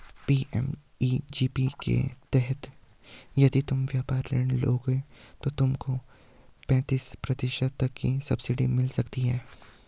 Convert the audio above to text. PMEGP के तहत यदि तुम व्यापार ऋण लोगे तो तुमको पैंतीस प्रतिशत तक की सब्सिडी मिल सकती है